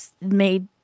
Made